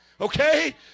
okay